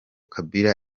kabila